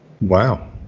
wow